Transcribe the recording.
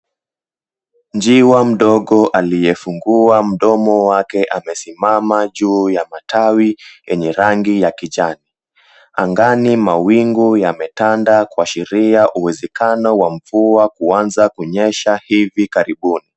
Njiwa mdogo aliyefungua mdomo wake amesimama juu ya matawi yenye rangi ya kijani, angani mawingu yametanda kuashiria uwezekano wa mvua kuanza kunyesha hivi karibuni.